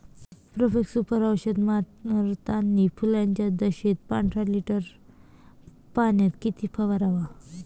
Profex Super औषध मारतानी फुलाच्या दशेत पंदरा लिटर पाण्यात किती फवाराव?